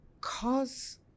cause